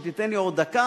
אם תיתן לי עוד דקה,